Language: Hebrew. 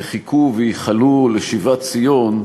וחיכו, וייחלו לשיבת ציון,